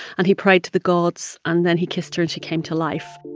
and he prayed to the gods, and then he kissed her, and she came to life.